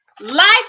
Life